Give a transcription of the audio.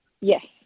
Yes